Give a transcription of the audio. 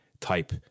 type